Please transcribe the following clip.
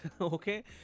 Okay